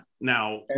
now